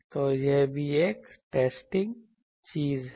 तो यह भी एक टेस्टिंग चीज है